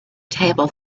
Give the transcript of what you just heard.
table